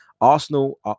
Arsenal